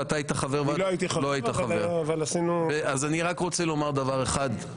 אני לא הייתי חבר אבל עשינו --- אני רק רוצה לומר דבר אחד.